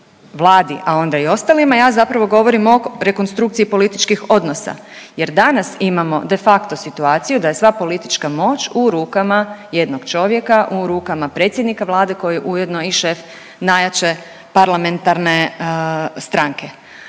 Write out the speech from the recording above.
Vladi, a onda i ostalima ja zapravo govorim o rekonstrukciji političkih odnosa jer danas imamo de facto situaciju da je sva politička moć u rukama jednog čovjeka u rukama predsjednika Vlade koji je ujedno i šef najjače parlamentarne stranke.